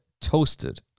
toasted